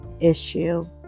issue